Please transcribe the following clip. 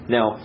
Now